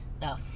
No